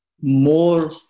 more